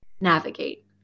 navigate